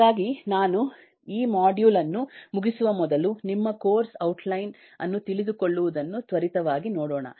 ಹಾಗಾಗಿ ನಾನು ಈ ಮಾಡ್ಯೂಲ್ ಅನ್ನು ಮುಗಿಸುವ ಮೊದಲು ನಿಮ್ಮ ಕೋರ್ಸ್ ಔಟ್ ಲೈನ್ ಅನ್ನು ತಿಳಿದುಕೊಳ್ಳುವುದನ್ನು ತ್ವರಿತವಾಗಿ ನೋಡೋಣ